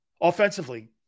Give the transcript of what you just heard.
Offensively